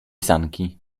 sanki